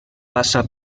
passa